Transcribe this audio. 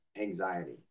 anxiety